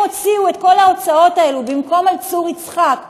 הם הוציאו את כל ההוצאות האלה, במקום על צור יצחק,